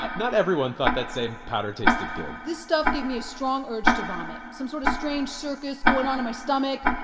but not everyone thought that same powder tasted good this stuff gave me a strong urge to vomit some sort of strange circus going on in my stomach.